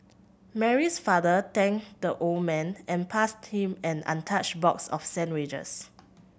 Mary's father thanked the old man and passed him an untouched box of sandwiches